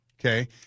Okay